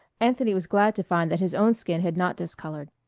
anthony was glad to find that his own skin had not discolored.